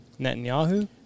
Netanyahu